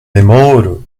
memoru